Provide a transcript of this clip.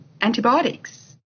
antibiotics